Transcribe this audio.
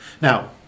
Now